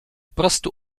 prostu